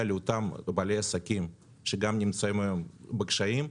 לאותם בעלי עסקים שגם נמצאים היום בקשיים,